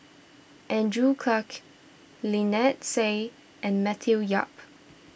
Andrew Clarke Lynnette Seah and Matthew Yap